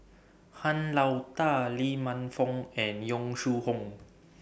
Han Lao DA Lee Man Fong and Yong Shu Hoong